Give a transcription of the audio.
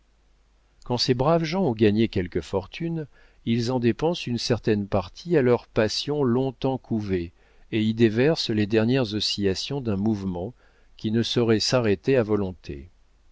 quand ces braves gens ont gagné quelque fortune ils en dépensent une certaine partie à leur passion longtemps couvée et y déversent les dernières oscillations d'un mouvement qui ne saurait s'arrêter à volonté